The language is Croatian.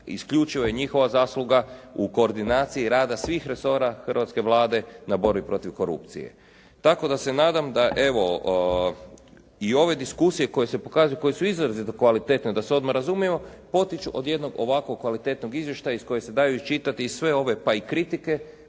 isključivo je njihova zasluga u koordinaciji rada svih resora hrvatske Vlade na borbi protiv korupcije. Tako da se nadam da evo i ove diskusije koje su pokazale, koje su izrazito kvalitetne da se odmah razumijemo potiču od jednog ovako kvalitetnog izvještaja iz kojeg se daju iščitati i sve ove, pa i kritike,